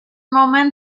moment